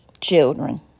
Children